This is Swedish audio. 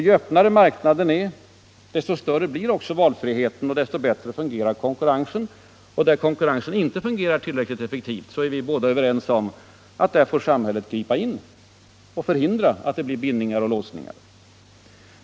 Ju öppnare marknaden är, desto större blir också valfriheten och desto bättre fungerar konkurrensen. Och vi båda är överens om att där konkurrensen inte fungerar tillräckligt effektivt får samhället gripa in och förhindra att det blir bindningar och låsningar.